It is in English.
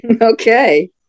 Okay